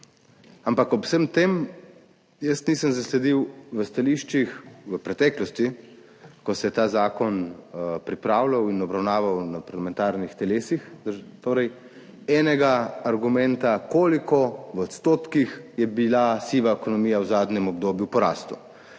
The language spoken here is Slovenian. Ampak ob vsem tem jaz nisem zasledil v stališčih v preteklosti, ko se je ta zakon pripravljal in obravnaval na parlamentarnih telesih, enega argumenta, koliko, v odstotkih, je bila siva ekonomija v zadnjem obdobju v porastu.